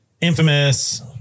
infamous